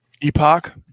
Epoch